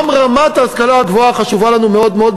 גם רמת ההשכלה הגבוהה חשובה לנו מאוד מאוד,